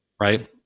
right